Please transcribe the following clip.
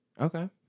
Okay